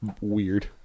weird